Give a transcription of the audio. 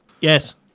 Yes